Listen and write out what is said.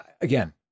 again